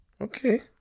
Okay